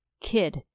kid